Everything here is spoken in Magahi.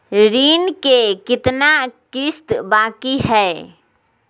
ऋण के कितना किस्त बाकी है?